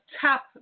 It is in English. tap